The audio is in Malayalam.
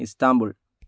ഇസ്താംബൂൾ